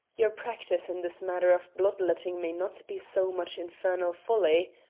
your practice in this matter of blood-letting may not be so much infernal folly.